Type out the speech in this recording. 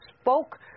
spoke